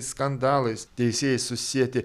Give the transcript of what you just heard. skandalais teisėjai susieti